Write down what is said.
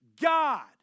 God